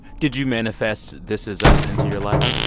did you manifest this is us into your life?